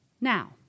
Now